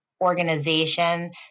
organization